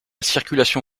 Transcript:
circulation